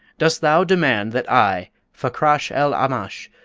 dost thou demand that i, fakrash-el-aamash,